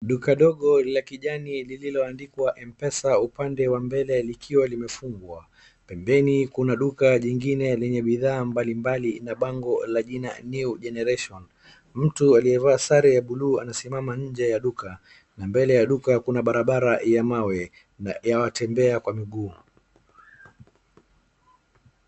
Duka dogo la kijani lililoandikwa mpesa upande wa mbele likiwa limefungwa, pembeni kuna duka lingine lenye bidhaa mbalimbali na bango la jina [s]new generation . MTu aliyevaa sare ya buluu anasimama nje ya duka, na mbele ya duka kuna barabara ya mawe na ya watembea kwa miguu.